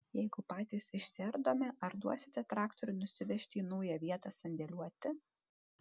jeigu patys išsiardome ar duosite traktorių nusivežti į naują vietą sandėliuoti